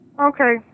Okay